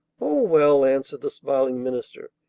oh, well, answered the smiling minister,